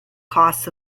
costs